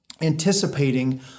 anticipating